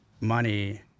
money